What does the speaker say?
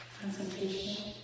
concentration